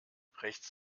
rechts